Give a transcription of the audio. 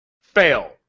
fail